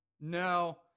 No